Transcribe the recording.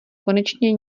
konečně